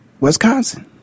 Wisconsin